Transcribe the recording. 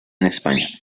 españa